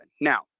Now